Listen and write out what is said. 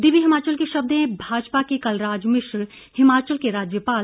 दिव्य हिमाचल के शब्द हैं भाजपा के कलराज मिश्र हिमाचल के राज्यपाल